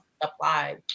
applied